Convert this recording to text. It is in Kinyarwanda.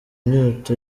inyota